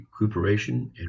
recuperation